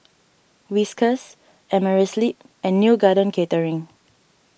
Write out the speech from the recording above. Whiskas Amerisleep and Neo Garden Catering